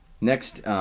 Next